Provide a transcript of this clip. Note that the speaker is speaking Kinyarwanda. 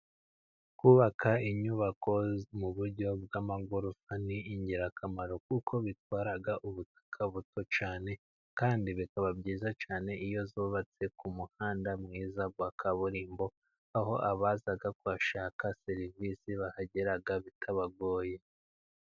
Kubaka inyubako mu buryo bw'amagorofa ni ingirakamaro kuko bitwara ubutaka buto cyane, kandi bikaba byiza cyane iyo zubatse ku muhanda mwiza wa kaburimbo, aho abaza kuhashaka serivisi bahageraga bitabagoye.